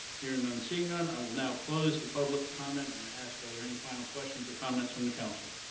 hearing none, seeing none, i will now close the public comment and ask are there any final questions or comments from the council?